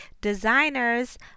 designers